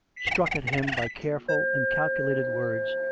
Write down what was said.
struck at him by careful and calculated words,